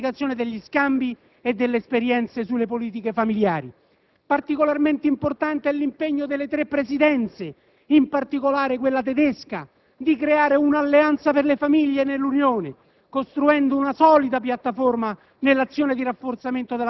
la maggiore dotazione di infrastrutturazioni sociali, l'intensificazione degli scambi e delle esperienze sulle politiche familiari. Particolarmente importante è l'impegno delle tre Presidenze, in specie quella tedesca, di creare «un'alleanza per le famiglie» nell'Unione,